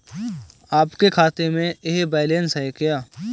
आपके खाते में यह बैलेंस है क्या?